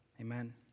Amen